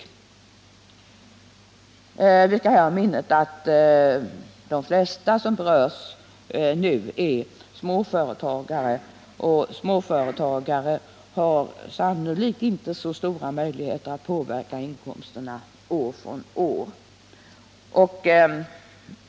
Vi skall emellertid hålla i minnet att de flesta som här berörs är småföretagare, och dessa har sannolikt inte så stora möjligheter att påverka inkomsterna år från år.